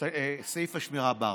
השמירה בארנונה,